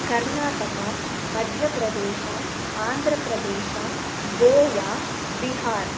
Karnataka Madhya Pradesh Andhra Pradesh Goa Bihar